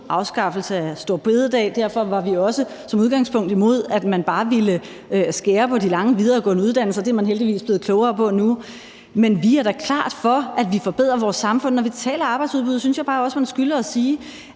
afskaffelsen af store bededag. Derfor var vi også som udgangspunkt imod, at man bare ville skære på de lange videregående uddannelser; det er man heldigvis blevet klogere på nu. Men vi er da klart for, at vi forbedrer vores samfund. Når vi taler arbejdsudbud, synes jeg bare også, man skylder at sige,